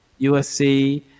USC